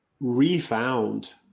refound